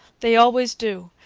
they always do.